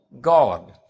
God